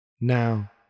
Now